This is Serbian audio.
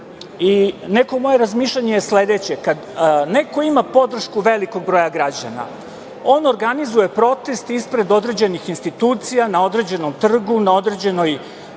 i neko moje razmišljanje je sledeće, kada neko ima podršku velikog broja građana, on organizuje protest ispred određenih institucija, na određenom trgu, na određenoj